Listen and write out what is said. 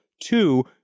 two